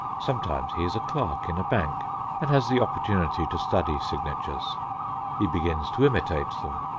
sometimes he is a clerk in a bank and has the opportunity to study signatures he begins to imitate them,